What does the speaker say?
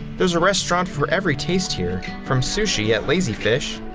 there's a restaurant for every taste here from sushi at lazy fish,